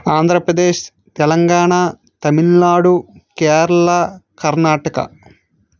Andhra Pradesh Telangana Tamil Nadu Kerala Karnataka